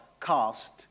cast